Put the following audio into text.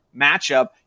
matchup